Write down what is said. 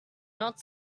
not